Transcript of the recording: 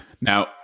Now